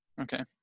Okay